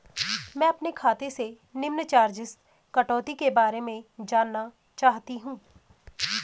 मैं अपने खाते से निम्न चार्जिज़ कटौती के बारे में जानना चाहता हूँ?